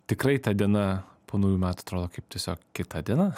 tikrai ta diena po naujų metų atrodo kaip tiesiog kita diena